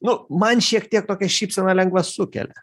nu man šiek tiek tokią šypseną lengvą sukelia